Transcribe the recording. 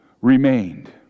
remained